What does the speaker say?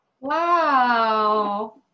Wow